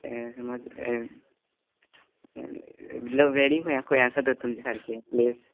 ए समज ए म्हणल्या वॅडींग खंय खंय आसा त तुमचें सारकें प्लेस